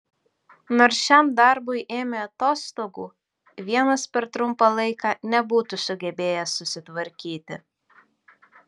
nors šiam darbui ėmė atostogų vienas per trumpą laiką nebūtų sugebėjęs susitvarkyti